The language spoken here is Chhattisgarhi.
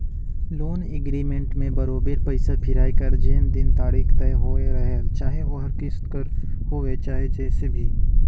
लोन एग्रीमेंट में बरोबेर पइसा फिराए कर जेन दिन तारीख तय होए रहेल चाहे ओहर किस्त कर होए चाहे जइसे भी